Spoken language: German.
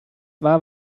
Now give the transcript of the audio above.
war